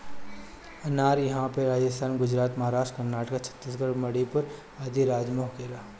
अनार इहां पे राजस्थान, गुजरात, महाराष्ट्र, कर्नाटक, छतीसगढ़ मणिपुर आदि राज में होखेला